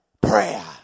prayer